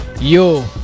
yo